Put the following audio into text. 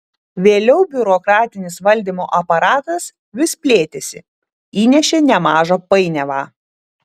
vėliau biurokratinis valdymo aparatas vis plėtėsi įnešė nemažą painiavą